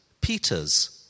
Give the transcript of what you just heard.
Peter's